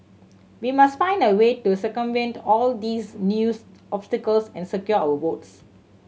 we must find a way to circumvent all these news obstacles and secure our votes